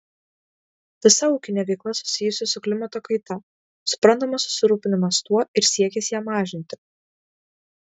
visa ūkinė veikla susijusi su klimato kaita suprantamas susirūpinimas tuo ir siekis ją mažinti